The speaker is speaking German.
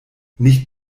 nicht